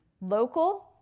local